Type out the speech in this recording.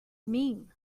mean